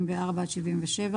74 עד 77,